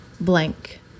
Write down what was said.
blank